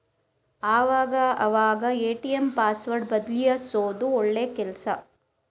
ಆವಾಗ ಅವಾಗ ATM password ಬದಲ್ಯಿಸೋದು ಒಳ್ಳೆ ಕೆಲ್ಸ